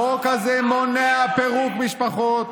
החוק הזה מונע פירוק משפחות.